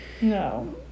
No